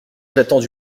j’attends